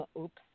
oops